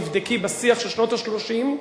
תבדקי בשיח של שנות ה-30,